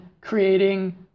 creating